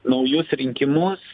naujus rinkimus